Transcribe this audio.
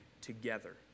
together